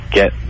get